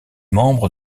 membre